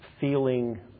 feeling